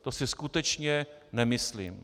To si skutečně nemyslím.